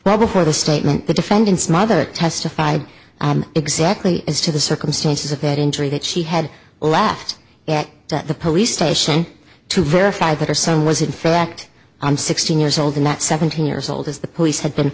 well before the statement the defendant's mother testified exactly as to the circumstances of that injury that she had laughed at that the police station to verify that her son was in fact i'm sixteen years old and that seventeen years old is the police had been